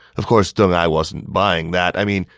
of course, deng ai wasn't buying that. i mean,